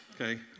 Okay